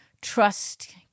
Trust